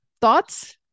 Thoughts